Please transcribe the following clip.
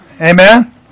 Amen